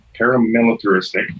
paramilitaristic